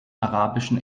arabischen